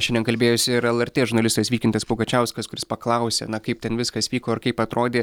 šiandien kalbėjosi ir lrt žurnalistas vykintas pugačiauskas kuris paklausė na kaip ten viskas vyko ir kaip atrodė